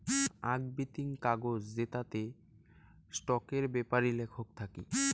আক বিতিং কাগজ জেতাতে স্টকের বেপারি লেখক থাকি